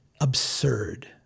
absurd